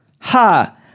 ha